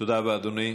תודה רבה, אדוני.